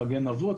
מגן אבות,